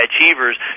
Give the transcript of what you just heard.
achievers